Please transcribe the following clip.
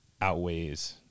outweighs